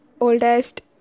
oldest